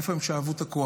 מאיפה הם שאבו את הכוח?